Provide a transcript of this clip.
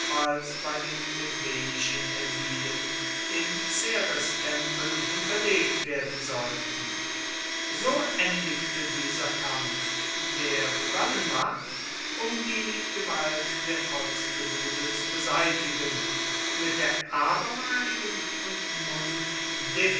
bei den plebejischen aedilen im cerestempel hinterlegt werden sollten so endigte dieser kampf der begonnen war um die gewalt der volkstribune zu beseitigen mit der abermaligen und nun